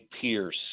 Pierce